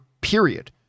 period